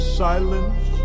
silence